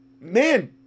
man